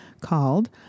called